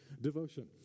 devotion